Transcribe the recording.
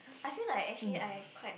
I feel like actually I quite